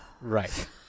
Right